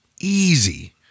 easy